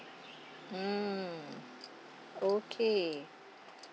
mm okay